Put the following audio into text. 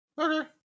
Okay